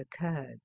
occurred